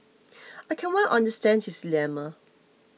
I can well understand his dilemma